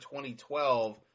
2012